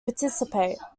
participate